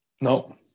No